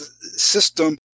system